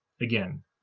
again